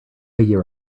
year